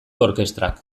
orkestrak